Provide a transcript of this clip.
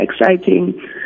exciting